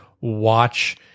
watch